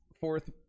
fourth